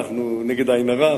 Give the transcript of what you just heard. אנחנו, נגד עין הרע,